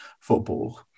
football